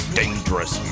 dangerous